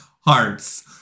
Hearts